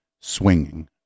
swinging